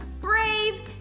brave